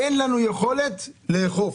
אין לנו יכולת לאכוף,